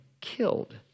killed